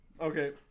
Okay